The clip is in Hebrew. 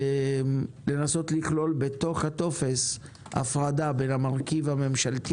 לנסות לכלול בטופס הפרדה בין המרכיב הממשלתי